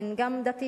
הן גם דתיות.